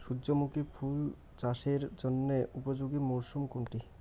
সূর্যমুখী ফুল চাষের জন্য উপযোগী মরসুম কোনটি?